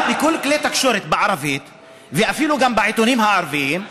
אבל בכל כלי התקשורת בערבית ואפילו בעיתונים הערביים,